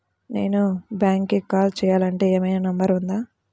నేను బ్యాంక్కి కాల్ చేయాలంటే ఏమయినా నంబర్ ఉందా?